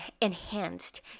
enhanced